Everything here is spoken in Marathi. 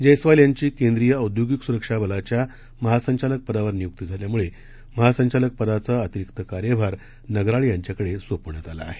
जयस्वाल यांची केंद्रीय औद्योगिक सुरक्षा बलाच्या महासंचालक पदावर नियुक्ती झाल्यामुळे महासंचालक पदाचा अतिरिक्त कार्यभार नगराळे यांच्याकडे सोपवण्यात आला आहे